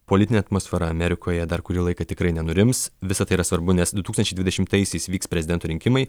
politinė atmosfera amerikoje dar kurį laiką tikrai nenurims visa tai yra svarbu nes du tūkstančiai dvidešimtaisiais vyks prezidento rinkimai